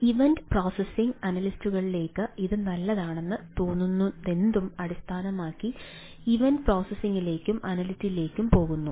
event processing അനലിറ്റിക്സിലേക്ക് ഇത് നല്ലതാണെന്ന് തോന്നുന്നതെന്തും അടിസ്ഥാനമാക്കി ഇവന്റ് പ്രോസസ്സിംഗിലേക്കും അനലിറ്റിക്സിലേക്കും പോകുന്നു